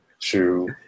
True